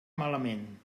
malament